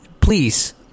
please